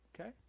Okay